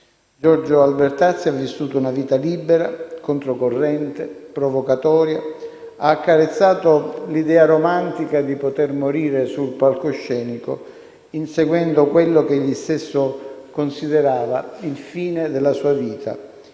Giorgio Albertazzi ha vissuto una vita libera, controcorrente, provocatoria, ha accarezzato l'idea romantica di poter morire sul palcoscenico, inseguendo quello che egli stesso considerava il fine della sua vita: